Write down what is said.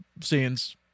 scenes